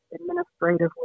administratively